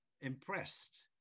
impressed